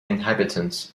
inhabitants